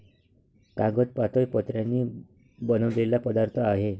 कागद पातळ पत्र्यांनी बनलेला पदार्थ आहे